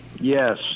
Yes